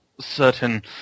certain